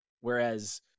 Whereas